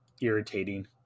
irritating